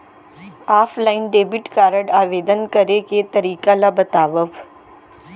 Offline debit card आवेदन करे के तरीका ल बतावव?